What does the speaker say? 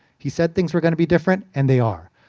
he said things were going to be different and they are.